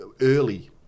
early